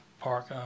park